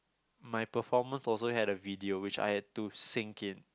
my performance also had a video which I had to sync in